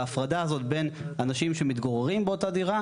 ההפרדה הזאת בין אנשים שמתגוררים באותה דירה